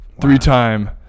three-time